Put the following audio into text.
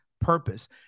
purpose